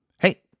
Hey